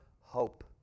hope